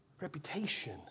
reputation